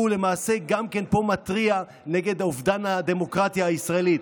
הוא למעשה גם כן פה מתריע נגד אובדן הדמוקרטיה הישראלית.